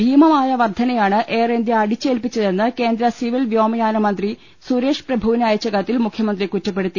ഭീമമായ വർദ്ധനയാണ് എയർഇന്ത്യ അടിച്ചേൽപ്പിച്ചതെന്ന് കേന്ദ്ര സിവിൽ വ്യോമയാന മന്ത്രി സുരേഷ് പ്രഭുവിന് അയച്ച കത്തിൽ മുഖ്യ മന്ത്രി കുറ്റപ്പെടുത്തി